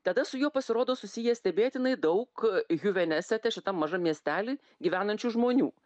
tada su juo pasirodo susiję stebėtinai daug huvenesete šitam mažam miestely gyvenančių žmonių